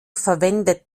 verwendet